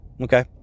Okay